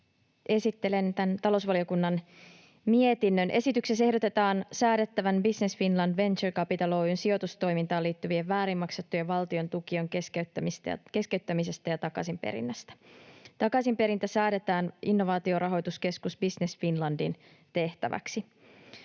Esittelen tämän talousvaliokunnan mietinnön. Esityksessä ehdotetaan säädettävän Business Finland Venture Capital Oy:n sijoitustoimintaan liittyvien väärin maksettujen valtiontukien keskeyttämisestä ja takaisinperinnästä. Takaisinperintä säädetään Innovaatiorahoituskeskus Business Finlandin tehtäväksi.